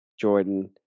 Jordan